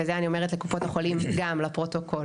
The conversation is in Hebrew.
ואת זה אני אומרת לקופות החולים גם לפרוטוקול,